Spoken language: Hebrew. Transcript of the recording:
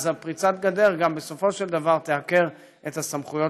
פריצת הגדר בסופו של דבר תעקר את הסמכויות